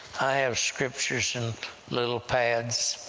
i have scriptures in little pads,